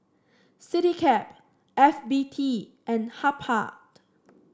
Citycab F B T and Habhal